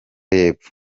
y’epfo